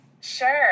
Sure